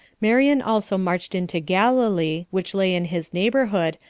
marion also marched into galilee, which lay in his neighborhood,